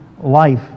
life